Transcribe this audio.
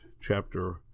chapter